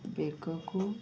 ବେଗକୁ